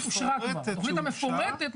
הוא כדי לצמצם את תופעת הבנייה הלא